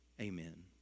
Amen